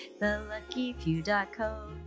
theluckyfew.co